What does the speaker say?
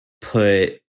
put